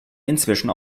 inzwischen